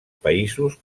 països